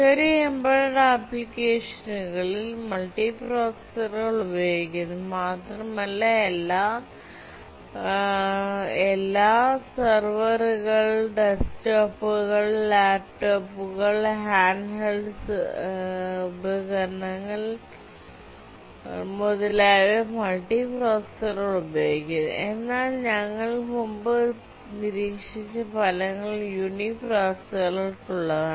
ചെറിയ എംബെഡഡ് ആപ്ലിക്കേഷനുകളിൽ മൾട്ടിപ്രൊസസ്സറുകൾ ഉപയോഗിക്കുന്നു മാത്രമല്ല എല്ലാ സെർവറുകൾ ഡെസ്ക്ടോപ്പുകൾ ലാപ്ടോപ്പുകൾ ഹാൻഡ്ഹെൽഡ് ഉപകരണങ്ങൾservers desktops laptops handheld devices etc മുതലായവ മൾട്ടിപ്രൊസസ്സറുകൾ ഉപയോഗിക്കുന്നു എന്നാൽ ഞങ്ങൾ മുമ്പ് നിരീക്ഷിച്ച ഫലങ്ങൾ യൂണിപ്രൊസസ്സറുകൾക്കുള്ളതാണ്